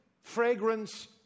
fragrance